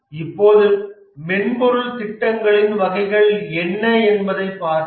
இப்போது மென்பொருள் திட்டங்களின் வகைகள் என்ன என்பதைப் பார்ப்போம்